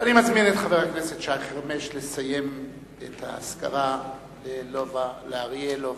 אני מזמין את חבר הכנסת שי חרמש לסיים את האזכרה לאריה לובה אליאב.